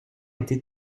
était